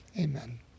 Amen